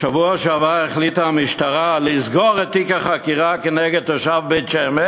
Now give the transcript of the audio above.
בשבוע שעבר החליטה המשטרה לסגור את תיק החקירה כנגד תושב בית-שמש